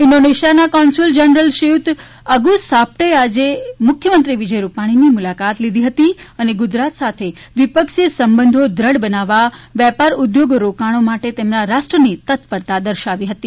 ઇન્ડોનેશિયાના consul general શ્રીયુત Agus સાપ્ટેએ આજે મુખ્યમંત્રી વિજય રૂપાણીની મુલાકાત લીધી હતી અને ગુજરાત સાથે દ્વીપક્ષીય સંબંધો દઢ બનાવવા વેપાર ઉદ્યોગ રોકાણો માટે તેમના રાષ્ટ્રની તત્પરતા દર્શાવી હતી